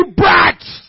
brats